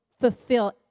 fulfill